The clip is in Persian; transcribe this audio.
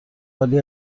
عالی